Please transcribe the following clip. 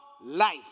life